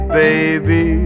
baby